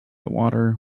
water